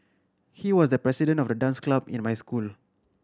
he was the president of the dance club in my school